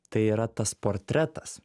tai yra tas portretas